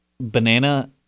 banana